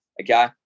okay